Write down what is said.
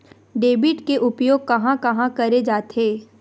Debit के उपयोग कहां कहा करे जाथे?